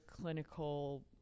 clinical